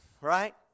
right